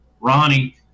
Ronnie